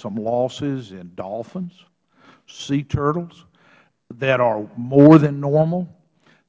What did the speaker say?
some losses in dolphins sea turtles that are more than normal